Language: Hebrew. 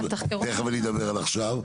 תיכף אני אדבר על עכשיו,